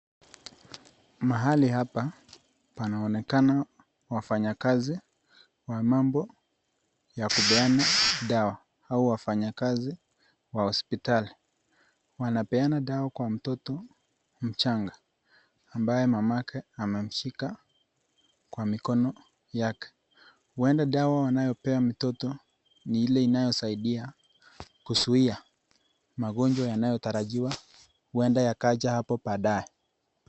Mahali hapa panaonekana wafanyakazi wa mambo ya kupeana dawa au wafanyakazi wa hospitali. Wanapeana dawa kwa mtoto mchanga ambaye mama yake amemshika kwa mikono yake. Huenda dawa wanayopea mtoto ni ile inayosaidia kuzuia magonjwa yanayotarajiwa, huenda yakaja hapo baadae.